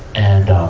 and, ah,